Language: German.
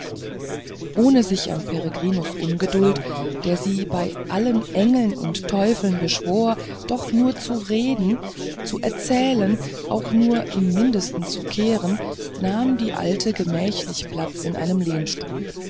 ohne sich an peregrinus ungeduld der sie bei allen engeln und teufeln beschwor doch nur zu reden zu erzählen auch nur im mindesten zu kehren nahm die alte gemächlich platz in einem lehnstuhl